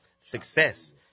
success